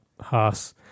Haas